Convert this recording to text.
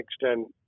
extent